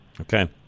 Okay